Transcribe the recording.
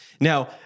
Now